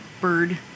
bird